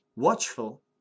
Watchful